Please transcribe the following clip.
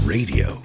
Radio